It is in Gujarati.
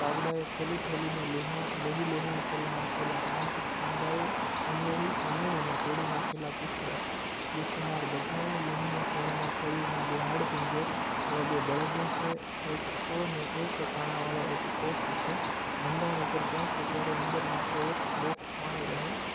કાગડાએ ઠોલી ઠોલીને લુહાણ લોહી લુહાણ કરી નાખેલા કાંધ સોંડાએ ઉમેળી ઉમેળીને તોડી નાખેલાં પૂંછડા બેસુમાર બગાઓ લોહી માંસ વિનાનાં શરીરનાં બે હાડપિંજર એવા બે બળદો છે એકસો ને એક કાણાવાળો એક કોસ છે મંડાણ ઉપર પહોંચે ત્યારે અંદર માત્ર એક બોખ પાણી રહે